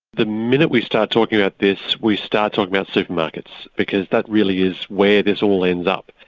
the minute we start talking about this, we start talking about supermarkets, because that really is where this all ends up.